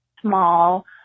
small